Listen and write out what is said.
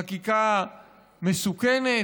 חקיקה מסוכנת,